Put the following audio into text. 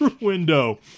window